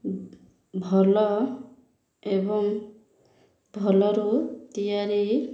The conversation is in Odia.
ଭଲ ଏବଂ ଭଲରୁ ତିଆରି